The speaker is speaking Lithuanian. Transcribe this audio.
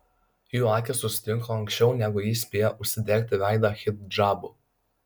jų akys susitiko anksčiau negu ji spėjo užsidengti veidą hidžabu